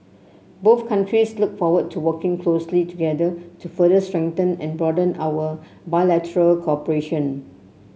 both countries look forward to working closely together to further strengthen and broaden our bilateral cooperation